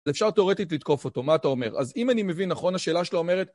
אפשר תיאורטית לתקוף אותו, מה אתה אומר? אז אם אני מבין נכון השאלה שלה אומרת...